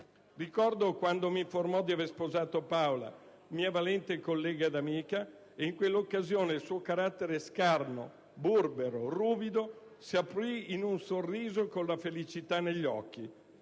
Ricordo quando mi informò di aver sposato Paola, mia valente collega ed amica: in quell'occasione il suo carattere scarno, burbero e ruvido si aprì in un sorriso con la felicità negli occhi.